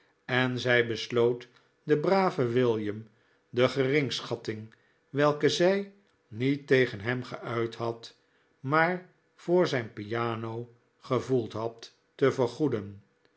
en zij besloot den braven william de geringschatting welke zij niet tegen hem geuit had maar voor zijn piano gevoeld had te vergoeden